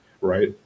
Right